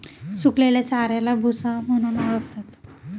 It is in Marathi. सुकलेल्या चाऱ्याला भुसा म्हणून ओळखतात